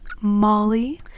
Molly